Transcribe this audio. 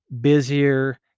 busier